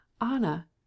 Anna